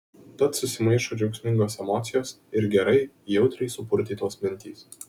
tad susimaišo džiaugsmingos emocijos ir gerai jautriai supurtytos mintys